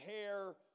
hair